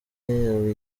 yaba